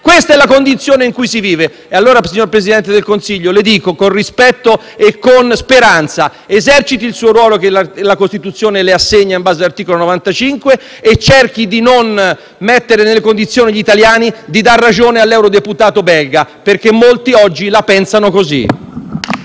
Questa è la condizione in cui si vive e allora, signor Presidente del Consiglio, le dico, con rispetto e con speranza, di esercitare il ruolo che la Costituzione le assegna in base all'articolo 95 e cerchi di non mettere gli italiani nelle condizioni di dar ragione all'eurodeputato belga, perché molti oggi la pensano così.